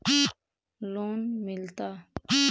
Loan मिलता?